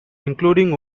including